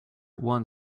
one